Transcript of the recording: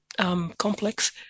complex